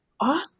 awesome